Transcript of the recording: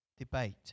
debate